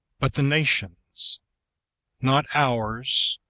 but the nation's not ours,